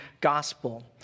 gospel